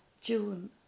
June